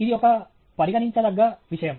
ఇది ఒక పరిగనించదగ్గ విషయం